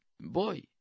boy